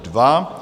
2.